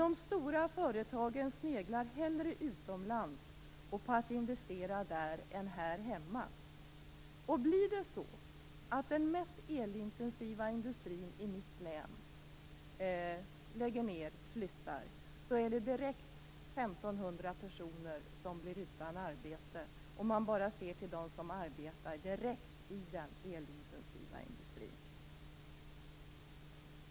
De stora företagen sneglar hellre utomlands och funderar på att investera där och inte här hemma. Blir det så att den mest elintensiva industrin i mitt län lägger ned och flyttar innebär det att 1 500 personer blir utan arbete om man bara ser till dem som arbetar direkt i den elintensiva industrin.